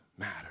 matter